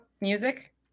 music